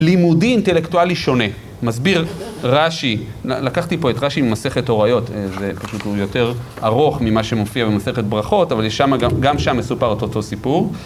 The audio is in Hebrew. לימודי אינטלקטואלי שונה. מסביר רש"י. לקחתי פה את רש"י ממסכת הוריות, זה פשוט הוא יותר ארוך ממה שמופיע במסכת ברכות, אבל גם שם מסופר את אותו סיפור.